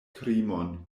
krimon